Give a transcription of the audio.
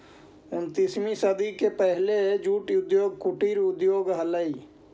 उन्नीसवीं शताब्दी के पहले जूट उद्योग कुटीर उद्योग हलइ